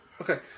Okay